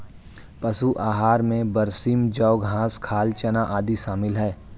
पशु आहार में बरसीम जौं घास खाल चना आदि शामिल है